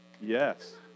yes